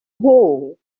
wall